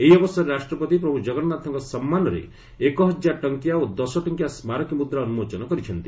ଏହି ଅବସରରେ ରାଷ୍ଟ୍ରପତି ପ୍ରଭୁ ଜଗନ୍ନାଥଙ୍କ ସମ୍ମାନରେ ଏକହଜାର ଟଙ୍କିଆ ଓ ଦଶଟଙ୍କିଆ ସ୍କାରକୀ ମୁଦ୍ରା ଉନ୍କୋଚନ କରିଛନ୍ତି